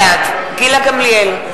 בעד גילה גמליאל,